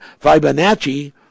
Fibonacci